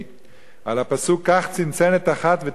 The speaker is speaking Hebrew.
על הפסוק: "קח צנצנת אחת ותן שמה מלא